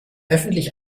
öffentlich